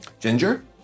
Ginger